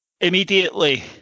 Immediately